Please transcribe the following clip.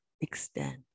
extend